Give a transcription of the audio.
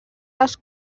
les